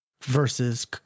Versus